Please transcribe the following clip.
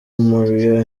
moriah